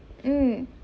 mm